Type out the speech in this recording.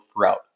throughout